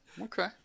Okay